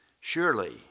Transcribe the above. Surely